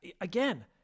again